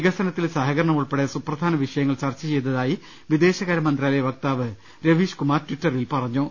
വികസനത്തിൽ സഹകരണം ഉൾപ്പെടെ സുപ്രധാന വിഷയങ്ങൾ ചർച്ച ചെയ്തതായി പിദേശകാര്യമന്ത്രാലയ വക്താവ് രവീഷ്കുമാർ ടിറ്ററിൽ അറിയിച്ചു